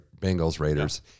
Bengals-Raiders